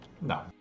No